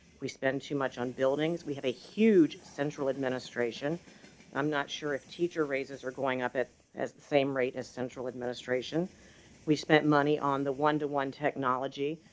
we spend too much on buildings. we have a huge central administration i'm not sure if teacher raises are going up at as the same rate as central administration we spent money on the one to one technology.